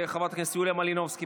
חברת הכנסת יוליה מלינובסקי,